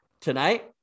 tonight